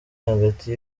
hagati